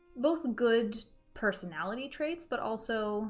both good personality traits but also